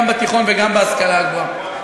גם בתיכון וגם בהשכלה הגבוהה.